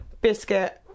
biscuit